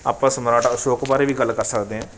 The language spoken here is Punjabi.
ਆਪਾਂ ਸਮਰਾਟ ਅਸ਼ੋਕ ਬਾਰੇ ਵੀ ਗੱਲ ਕਰ ਸਕਦੇ ਹਾਂ